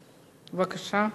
בבקשה.